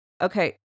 Okay